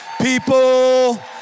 people